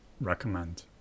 recommend